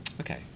Okay